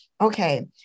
Okay